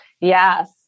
Yes